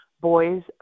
Boys